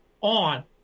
on